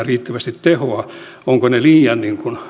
riittävästi tehoa ovatko ne liian